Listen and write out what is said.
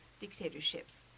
dictatorships